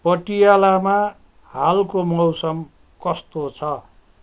पटियालामा हालको मौसम कस्तो छ